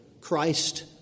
Christ